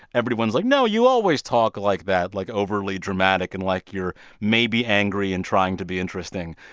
everyone's like, no, you always talk like that, like overly dramatic and like you're maybe angry and trying to be interesting.